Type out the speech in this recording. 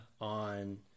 on